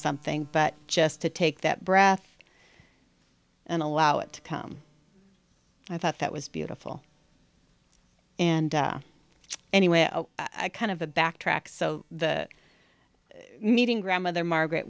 something but just to take that breath and allow it to come i thought that was beautiful and anyway i kind of a backtrack so the meeting grandmother margaret